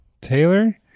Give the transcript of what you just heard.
Taylor